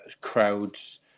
crowds